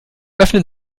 öffnen